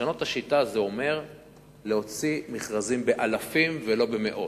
לשנות את השיטה זה אומר להוציא מכרזים באלפים ולא במאות,